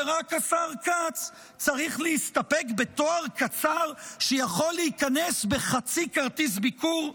ורק השר כץ צריך להסתפק בתואר קצר שיכול להיכנס בחצי כרטיס ביקור.